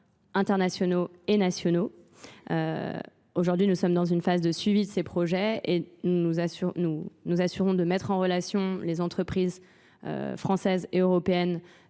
internationaux et nationaux. Aujourd'hui, nous sommes dans une phase de suivi de ces projets et nous assurons de mettre en relation les entreprises françaises et européennes